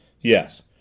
Yes